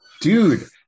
dude